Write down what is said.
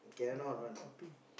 your puppy